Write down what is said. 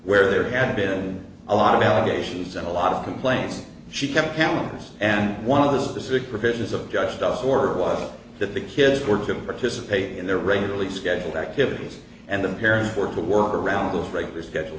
where there had been a lot of allegations and a lot of complaints she kept him and one of the specific provisions of justice or was that the kids were to participate in their regularly scheduled activities and the parents were to work around the regular schedule